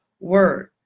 word